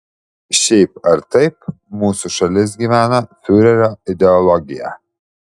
šiaip ar taip mūsų šalis gyvena fiurerio ideologija